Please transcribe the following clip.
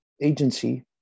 agency